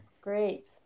Great